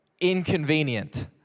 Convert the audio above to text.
Inconvenient